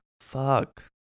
fuck